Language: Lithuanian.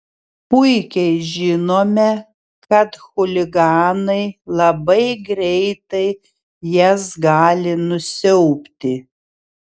puikiai žinome kad chuliganai labai greitai jas gali nusiaubti